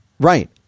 Right